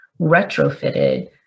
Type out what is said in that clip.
retrofitted